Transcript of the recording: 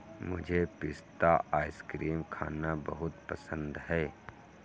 मुझे पिस्ता आइसक्रीम खाना बहुत पसंद है